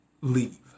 leave